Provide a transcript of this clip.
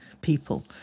people